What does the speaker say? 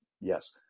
yes